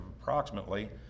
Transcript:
approximately